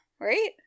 right